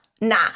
nah